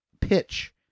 pitch